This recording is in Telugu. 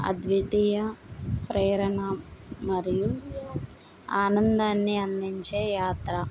అద్వితీయ ప్రేరణ మరియు ఆనందాన్ని అందించే యాత్ర